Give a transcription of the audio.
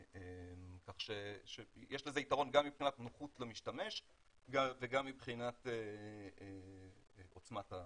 כך שיש לזה יתרון גם מבחינת נוחות למשתמש וגם מבחינת עוצמת הזיהוי.